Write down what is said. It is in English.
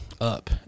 up